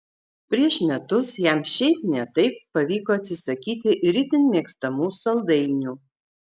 prieš metus jam šiaip ne taip pavyko atsisakyti ir itin mėgstamų saldainių